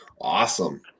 Awesome